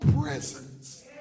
presence